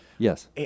Yes